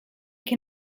che